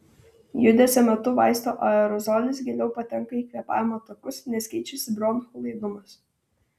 judesio metu vaisto aerozolis giliau patenka į kvėpavimo takus nes keičiasi bronchų laidumas